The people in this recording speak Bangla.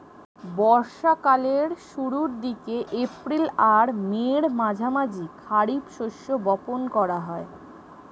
বর্ষা কালের শুরুর দিকে, এপ্রিল আর মের মাঝামাঝি খারিফ শস্য বপন করা হয়